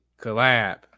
collab